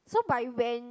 so by when